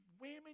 Women